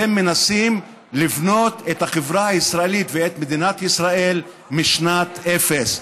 אתם מנסים לבנות את החברה הישראלית ואת מדינת ישראל משנת אפס.